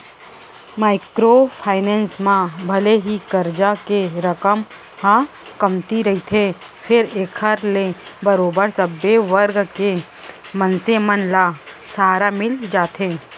micro finance म भले ही करजा के रकम ह कमती रहिथे फेर एखर ले बरोबर सब्बे वर्ग के मनसे मन ल सहारा मिल जाथे